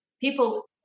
people